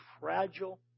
fragile